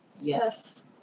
Yes